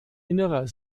innerer